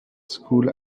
school